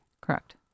Correct